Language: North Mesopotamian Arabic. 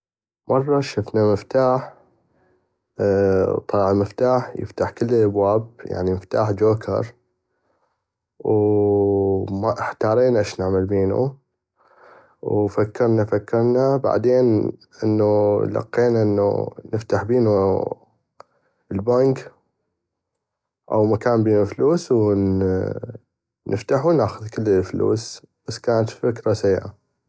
مرة شفنا مفتاح طلع مفتاح يفتح كل الابواب يعني مفتاح جوكر واحتارينا اش نعمل بينو وفكرنا فكرنا بعدين انو لقينا انو نفتح بينو البنك او مكان بينو فلوس نفتحو وناخذ كل الفلوس بس كانت فكرة سيئة.